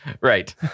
Right